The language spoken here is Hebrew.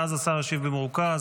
ואז השר ישיב במרוכז